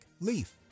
Leaf